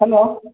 hello